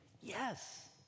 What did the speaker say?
Yes